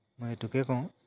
মই এইটোকে কওঁ